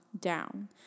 down